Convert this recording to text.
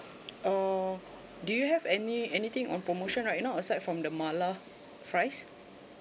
uh do you have any anything on promotion right now aside from the mala fries